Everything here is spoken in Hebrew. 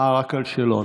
נכון, רק על שלו.